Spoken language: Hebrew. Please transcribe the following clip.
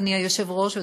אדוני היושב-ראש,